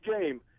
game